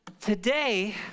today